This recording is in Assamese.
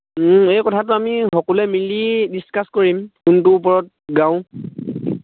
এই কথাটো আমি সকলোৱে মিলি ডিছকাছ কৰিম কোনটো ওপৰত গাওঁ